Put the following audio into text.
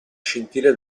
scintille